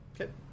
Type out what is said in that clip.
Okay